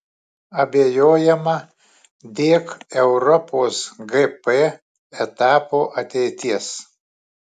abejojama dėk europos gp etapo ateities